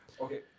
okay